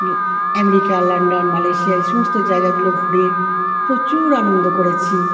America London Malaysia এই সমস্ত জায়গাগুলো ঘুরে প্রচুর আনন্দ করেছি